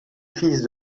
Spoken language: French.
fils